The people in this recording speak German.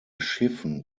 schiffen